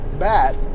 bat